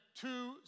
two